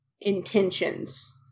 intentions